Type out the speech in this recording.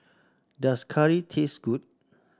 does curry taste good